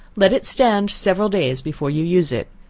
let it stand several days before you use it,